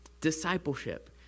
Discipleship